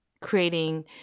creating